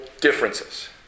differences